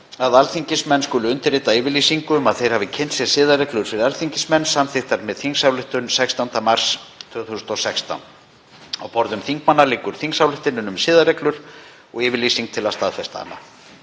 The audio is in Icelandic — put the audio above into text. alþingismenn skulu undirrita yfirlýsingu um að þeir hafi kynnt sér siðareglur fyrir alþingismenn, samþykktar með þingsályktun 16. mars 2016. Á borðum þingmanna liggur þingsályktunin um siðareglur og yfirlýsing til að staðfesta hana.